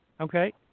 okay